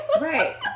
right